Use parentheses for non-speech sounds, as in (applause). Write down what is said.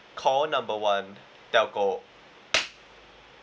call number one telco (noise)